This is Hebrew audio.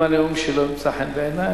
אם הנאום שלו ימצא חן בעיני,